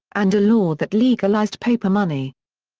and a law that legalized paper money.